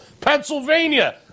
Pennsylvania